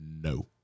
No